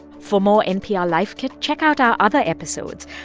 for more npr life kit, check out our other episodes.